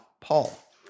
Paul